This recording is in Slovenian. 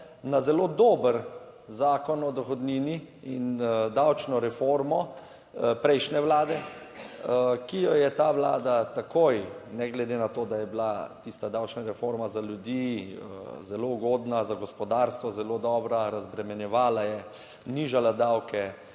na zelo dober Zakon o dohodnini in davčno reformo prejšnje vlade, ki jo je ta vlada takoj, ne glede na to, da je bila tista davčna reforma za ljudi zelo ugodna za gospodarstvo, zelo dobra, razbremenjevala je, nižala davke